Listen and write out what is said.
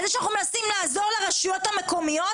על זה שאנחנו מנסים לעזור לרשויות המקומיות?